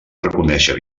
reconèixer